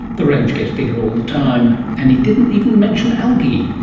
the range gets bigger all the time, and he didn't even mention algae.